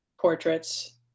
portraits